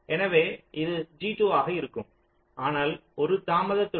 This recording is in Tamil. எனவே இது G2 ஆக இருக்கும் ஆனால் 1 தாமதத்துடன்